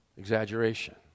exaggeration